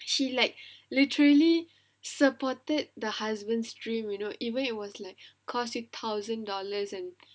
she like literally supported the husband stream you know even it was like cost you thousand dollars and